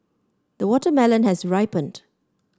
the watermelon has ripened